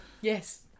yes